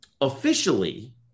officially